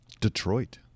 Detroit